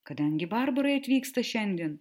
kadangi barbarai atvyksta šiandien